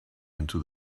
into